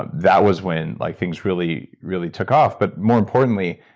ah that was when like things really, really took off. but more importantly,